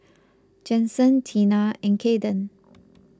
Jensen Teena and Caiden